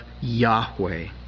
Yahweh